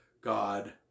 God